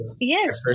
Yes